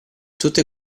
tutte